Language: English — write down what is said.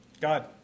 God